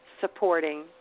Supporting